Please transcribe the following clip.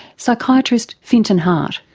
psychiatrist fintan harte.